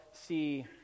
see